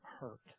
hurt